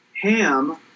Ham